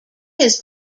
his